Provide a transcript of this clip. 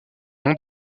nom